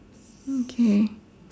okay